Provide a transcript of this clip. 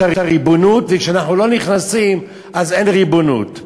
הריבונות וכשאנחנו לא נכנסים אין ריבונות.